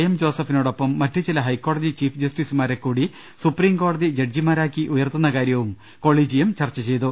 M ജോസഫിനോടൊപ്പം മറ്റു ചില ഹൈക്കോടതി ചീഫ്ജസ്റ്റിസുമാരെക്കൂടി സുപ്രീംകോടതി ജഡ്ജിമാ രാക്കി ഉയർത്തുന്നകാര്യവും കൊളീജിയം ചർച്ച ചെയ്തു